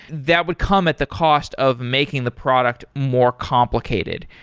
that would come at the cost of making the product more complicated.